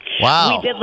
Wow